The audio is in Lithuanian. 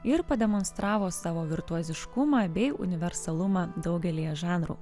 ir pademonstravo savo virtuoziškumą bei universalumą daugelyje žanrų